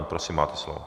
Prosím, máte slovo.